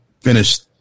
finished